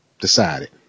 decided